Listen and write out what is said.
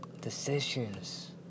Decisions